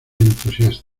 entusiasta